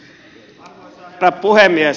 arvoisa herra puhemies